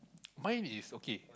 mine is okay